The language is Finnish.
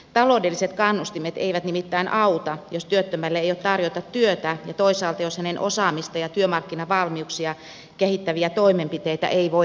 taloudelliset kannustimet eivät nimittäin auta jos työttömälle ei ole tarjota työtä ja toisaalta jos hänen osaamistaan ja työmarkkinavalmiuksiaan kehittäviä toimenpiteitä ei voida tukea